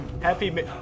happy